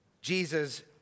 Jesus